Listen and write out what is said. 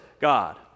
God